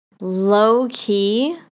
low-key